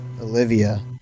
olivia